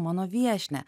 mano viešnią